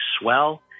Swell